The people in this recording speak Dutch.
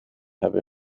hebben